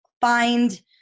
find